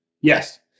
Yes